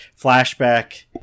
flashback